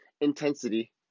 intensity